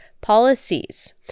policies